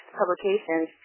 publications